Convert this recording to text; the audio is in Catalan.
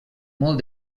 molt